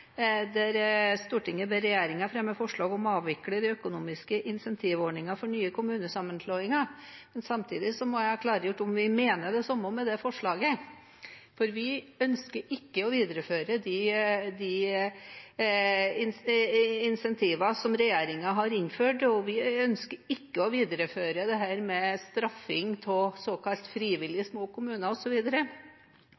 nye kommunesammenslåinger.» Samtidig må jeg ha klargjort om vi mener det samme med tanke på det forslaget, for vi ønsker ikke å videreføre de insentiver som regjeringen har innført, og vi ønsker ikke å videreføre dette med å straffe såkalt frivillige små kommuner osv., men Senterpartiet er positive til frivillig